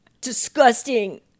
disgusting